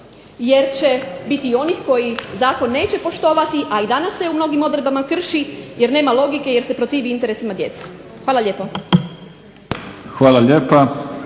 jer će biti i onih koji zakon neće poštovati,a i danas se u mnogim odredbama krši jer nema logike i jer se protivi interesima djece. Hvala lijepo.